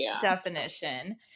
Definition